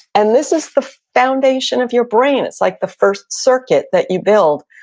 and this is the foundation of your brain. it's like the first circuit that you build.